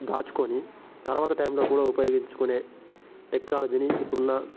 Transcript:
దాచుకొని తర్వాత టైంలో కూడా ఉపయోగించుకునే టెక్నాలజిని ఇప్పుడున్న